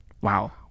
Wow